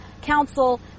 Council